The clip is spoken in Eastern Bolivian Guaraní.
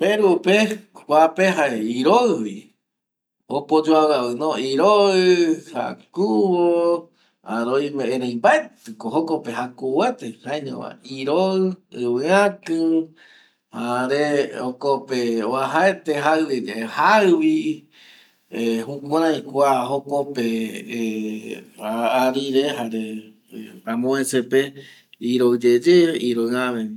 Perupe kuape jae ko iroi opa oyuaviavi iroi, jakuvo erei mbaeti ko jokope jakuvo ete jaeño ma iroi jare jokope uajaete jaivi ye jaivi jukurei jokope ˂hesitation˃ arire jare amovese pe iroiyeye jare iroi ave